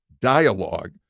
dialogue